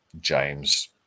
James